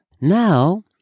Now